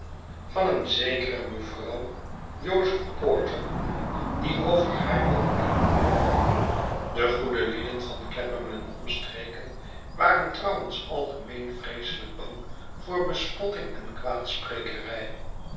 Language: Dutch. van een zekere mevrouw jozef porter die over haar woonde de goede lieden van glapham en omstreken waren trouwens algemeen vreeselijk bang voor bespotting en